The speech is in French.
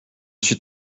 suis